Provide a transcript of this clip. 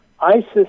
ISIS